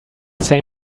same